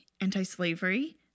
anti-slavery